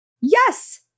Yes